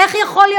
איך יכול להיות?